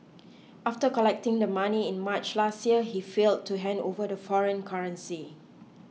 after collecting the money in March last year he failed to hand over the foreign currency